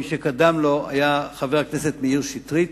מי שקדם לו היה חבר הכנסת מאיר שטרית.